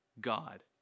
God